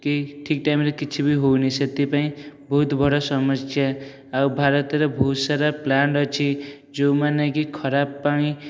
କି ଠିକ୍ ଟାଇମରେ କିଛିବି ହଉନି ସେଥିପାଇଁ ବହୁତ୍ ବଡ଼ ସମସ୍ୟା ଆଉ ଭାରତରେ ବହୁତ୍ ସାରା ପ୍ଳାଣ୍ଟ ଅଛି ଯୋଉଁମାନେ କି ଖରାପ ପାଣି